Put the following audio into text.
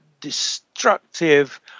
destructive